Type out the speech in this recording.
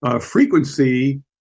frequency